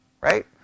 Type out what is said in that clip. right